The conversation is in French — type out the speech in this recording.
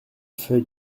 fait